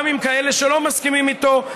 גם כאלה שלא מסכימים איתו,